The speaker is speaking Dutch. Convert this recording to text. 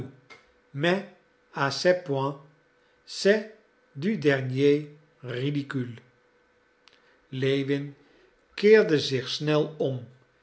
lewin keerde zich snel om